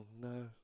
no